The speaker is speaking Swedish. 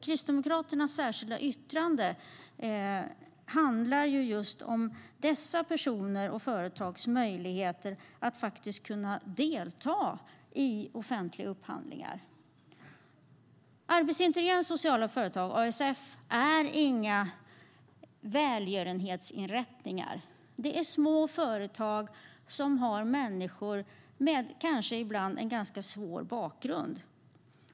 Kristdemokraternas särskilda yttrande handlar just om dessa personers och företags möjligheter att delta i offentliga upphandlingar. Arbetsintegrerande sociala företag, ASF, är inga välgörenhetsinrättningar. Det är små företag med människor som kanske ibland har en ganska svår bakgrund.